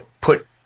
put